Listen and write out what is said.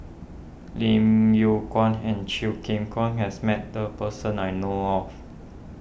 Lim Yew Kuan and Chew Kheng Chuan has met the person I know of